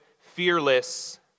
fearless